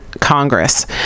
Congress